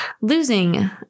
losing